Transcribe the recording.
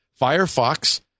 Firefox